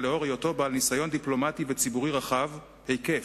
אלא להיותו בעל ניסיון דיפלומטי וציבורי רחב היקף,